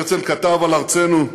הרצל כתב על ארצנו: